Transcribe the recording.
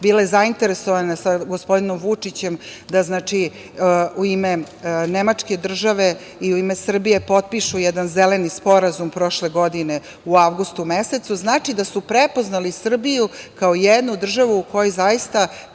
bile zainteresovane sa gospodinom Vučićem da u ime nemačke države i u ime Srbije potpišu jedan zeleni sporazum prošle godine u avgustu mesecu, ali to znači da su prepoznali Srbiju kao jednu državu u kojoj zaista